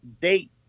date